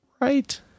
right